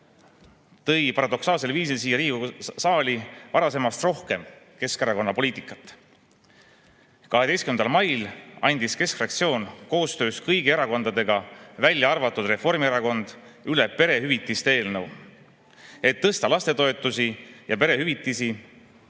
tõi paradoksaalsel viisil siia Riigikogu saali varasemast rohkem Keskerakonna poliitikat.12. mail andis keskfraktsioon koostöös kõigi erakondadega, välja arvatud Reformierakond, üle perehüvitiste eelnõu, et tõsta lastetoetusi ja perehüvitisi